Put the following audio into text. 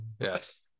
yes